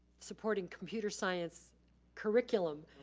supporting computer science curriculum.